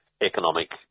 economic